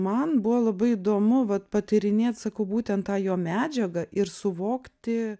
man buvo labai įdomu vat patyrinėt sakau būtent tą jo medžiagą ir suvokti